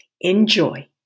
Enjoy